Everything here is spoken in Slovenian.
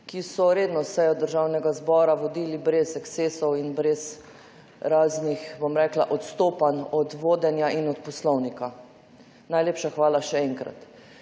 ki so redno sejo Državnega zbora vodili brez ekscesov, brez raznih, bom rekla, odstopanj od vodenja in od poslovnika. Najlepša hvala še enkrat.